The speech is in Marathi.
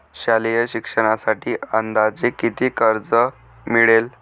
शालेय शिक्षणासाठी अंदाजे किती कर्ज मिळेल?